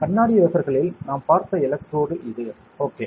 எனவே கண்ணாடி வேஃபர்களில் நாம் பார்த்த எலக்ட்ரோடு இது ஓகே